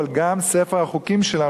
אבל גם ספר החוקים שלנו.